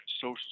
social